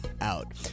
out